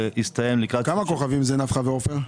כמה כוכבים זה נפחא ועופר?